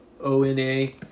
O-N-A